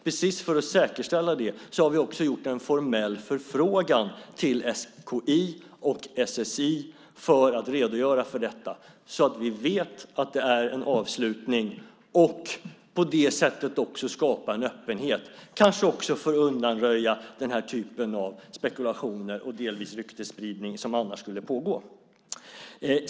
Just för att säkerställa det har vi gjort en formell förfrågan till SKI och SSI om att de ska redogöra för detta, så att vi vet att det är en avslutning. På det sättet kan vi också skapa en öppenhet och kanske undanröja den här typen av spekulationer och delvis ryktesspridning som annars skulle pågå.